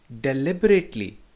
deliberately